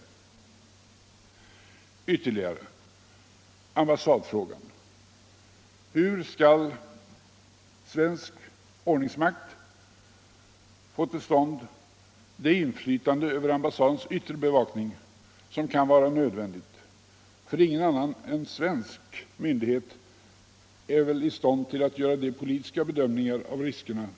Vidare när det gäller ambassadfrågan: Hur skall svensk ordningsmakt få till stånd det inflytande över ambassadernas yttre bevakning som kan vara nödvändigt, för ingen annan än svensk myndighet är väl i stånd att göra de politiska bedömningarna av riskerna?